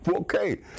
Okay